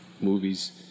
movies